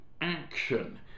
action